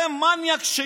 זה מניאק שיושב,